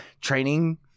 training